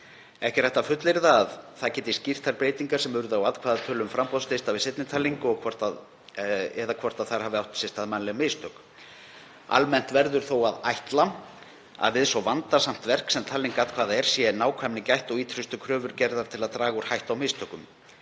Ekki er hægt að fullyrða að það geti skýrt þær breytingar sem urðu á atkvæðatölum framboðslista við seinni talningu atkvæða og hvort þar hafi átt sér stað mannleg mistök. Almennt verður þó að ætla að við svo vandasamt verk sem talning atkvæða er sé nákvæmni gætt og ýtrustu kröfur gerðar til þess að draga úr hættu á mistökum.